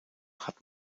hat